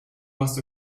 must